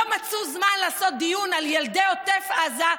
לא מצאו זמן לעשות דיון על ילדי עוטף עזה,